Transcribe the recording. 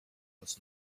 was